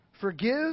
Forgive